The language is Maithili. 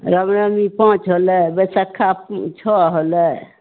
रामनवमी पाँच होलै बैशखा छओ होलै